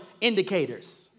indicators